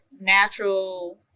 natural